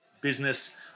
business